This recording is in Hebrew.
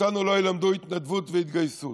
אותנו לא ילמדו התנדבות והתגייסות.